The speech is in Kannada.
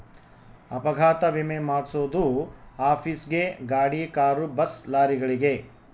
ಅಪಘಾತ ವಿಮೆ ಮಾದ್ಸೊದು ಆಫೀಸ್ ಗೇ ಗಾಡಿ ಕಾರು ಬಸ್ ಲಾರಿಗಳಿಗೆ